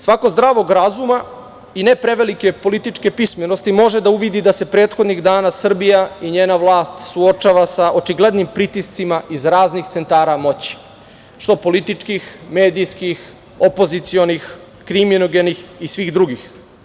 Svako zdravog razume i ne prevelike političke pismenosti može da uvidi da se prethodnih dana Srbija i njena vlast suočava sa očiglednim pritiscima iz raznih centara moći, što političkih, medijskih, opozicionih, kriminogenih i svih drugih.